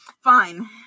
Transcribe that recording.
Fine